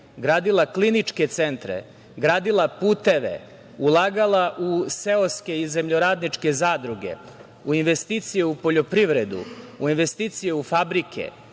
gradila kliničke centre, gradila puteve, ulagala u seoske i zemljoradničke zadruge, u investicije u poljoprivredu, u investicije u fabrike,